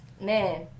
man